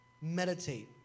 meditate